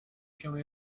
się